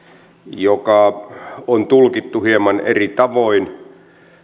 joka on tulkittu hieman eri tavoin